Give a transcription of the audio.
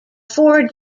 four